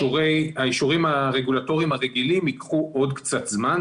האישורים הרגולטוריים הרגילים ייקחו עוד קצת זמן,